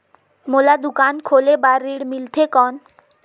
मोला दुकान खोले बार ऋण मिलथे कौन?